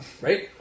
right